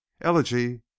Elegy